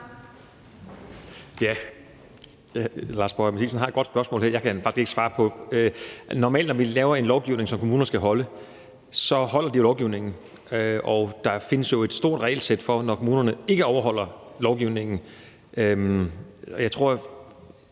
Lars Boje Mathiesen har et godt spørgsmål her. Jeg kan faktisk ikke svare på det. Normalt, når vi laver en lovgivning, som kommunerne skal holde, holder de jo lovgivningen, og der findes jo et stort regelsæt, hvis kommunerne ikke overholder lovgivningen. Nu er